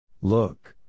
Look